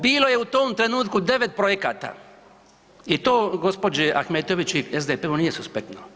Bilo je u tom trenutku 9 projekata i to gđi. Ahmetović i SDP-u nije suspektno.